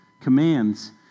commands